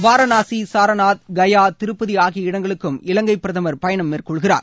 வாரனாசி சாரநாத் கயா திருப்பதி ஆகிய இடங்களுக்கும் இலங்கை பிரதமர் பயணம் மேற்கொள்கிறார்